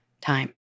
time